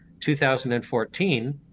2014